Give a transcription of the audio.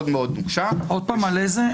בלי נימוק למעשה קשה להעביר את זה הלאה.